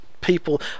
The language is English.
people